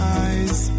eyes